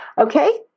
Okay